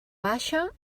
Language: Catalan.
baixa